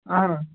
اَہَن حظ